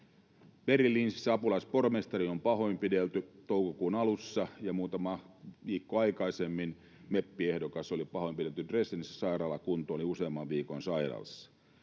Berliinissä apulaispormestari on pahoinpidelty toukokuun alussa, ja muutama viikko aikaisemmin meppiehdokas oli pahoinpidelty Dresdenissä sairaalakuntoon, oli useamman viikon sairaalassa.